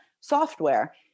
software